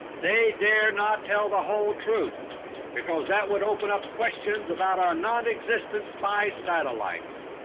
they dare not tell the whole truth because that would open up questions about our non-existent spy satellites.